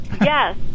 Yes